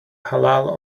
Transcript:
halal